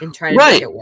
Right